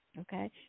Okay